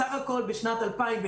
סה"כ בשנת 2020,